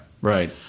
right